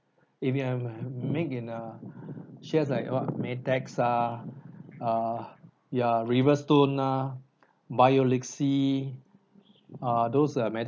if you have make in a shares like what Maytag ah err ya Riverstone ah Biolexi uh those err medical